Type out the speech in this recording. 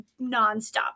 nonstop